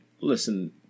listen